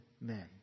men